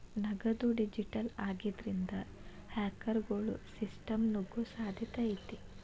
ನಗದು ಡಿಜಿಟಲ್ ಆಗಿದ್ರಿಂದ, ಹ್ಯಾಕರ್ಗೊಳು ಸಿಸ್ಟಮ್ಗ ನುಗ್ಗೊ ಸಾಧ್ಯತೆ ಐತಿ